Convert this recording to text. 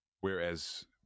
whereas